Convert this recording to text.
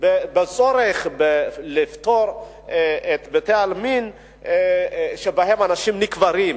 בצורך לפטור את בתי-העלמין שבהם אנשים נקברים.